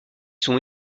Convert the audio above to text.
sont